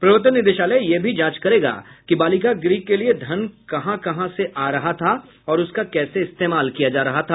प्रवर्तन निदेशालय यह भी जांच करेगा कि बालिका गृह के लिए धन कहां कहां से आ रहा था और उसका कैसे इस्तेमाल किया जा रहा था